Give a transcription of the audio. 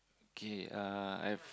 K uh I've